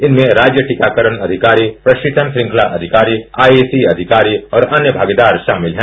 इनमें राज्य टीकाकरण अधिकारी प्रक्षिणन श्रृंखला अधिकारी आई ई सी अधिकारी और अन्य भागीदार शामिल हैं